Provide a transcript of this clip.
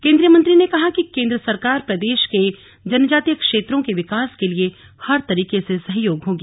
केंद्रीय मंत्री ने कहा है कि केंद्र सरकार प्रदेश के जनजातीय क्षेत्रों के विकास के लिए हर तरीके से सहयोग करेगी